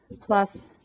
plus